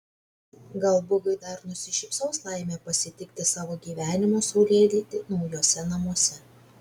gal bugui dar nusišypsos laimė pasitikti savo gyvenimo saulėlydį naujuose namuose